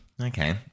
okay